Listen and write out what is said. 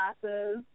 glasses